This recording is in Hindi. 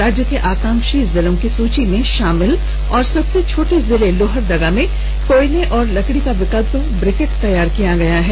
राज्य के आकांक्षी जिले की सूची में शामिल और सबसे छोटा जिला लोहरदगा में कोयले और लकड़ी का विकल्प ब्रिकेट तैयार किया गया है